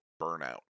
Burnout